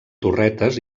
torretes